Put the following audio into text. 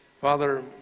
Father